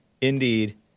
indeed